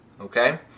okay